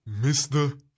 Mr